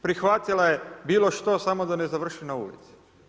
Prihvatila je bilo što samo da ne završi na ulici.